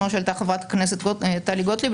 כמו שהעלתה חברת הכנסת טלי גוטליב,